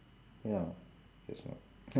ya there's no